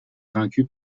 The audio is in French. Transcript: vaincu